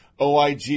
OIG